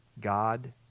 God